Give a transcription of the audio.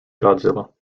godzilla